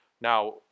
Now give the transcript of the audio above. Now